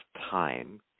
time